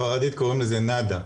בספרדית קוראים לזה "NADA".